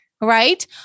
right